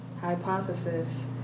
Hypothesis